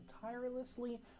tirelessly